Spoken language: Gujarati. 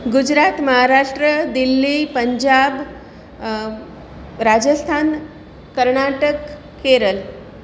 ગુજરાત મહારાષ્ટ્ર દિલ્હી પંજાબ રાજસ્થાન કર્ણાટક કેરળ